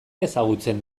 ezagutzen